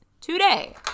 today